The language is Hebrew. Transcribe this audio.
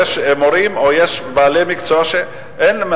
יש מורים או יש בעלי מקצוע אחרים,